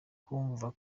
kumva